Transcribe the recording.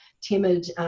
timid